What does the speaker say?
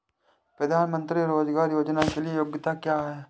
प्रधानमंत्री रोज़गार योजना के लिए योग्यता क्या है?